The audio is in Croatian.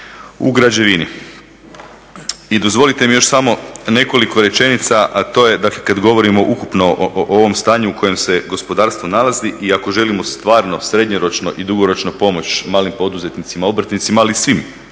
u građevini. I dozvolite mi još samo nekoliko rečenica, a to je dakle kada govorimo ukupno o ovom stanju u kojem se gospodarstvo nalazi i ako želimo stvarno srednjoročno i dugoročno pomoći malim poduzetnicima obrtnicima ali i svim